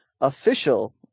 Official